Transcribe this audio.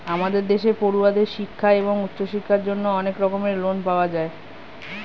আমাদের দেশে পড়ুয়াদের শিক্ষা এবং উচ্চশিক্ষার জন্য অনেক রকমের লোন পাওয়া যায়